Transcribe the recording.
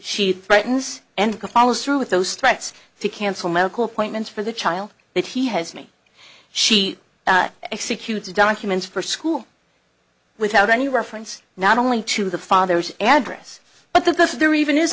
she threatens and can follow suit with those threats to cancel medical appointments for the child that he has me she executes documents for school without any reference not only to the father's address but the there even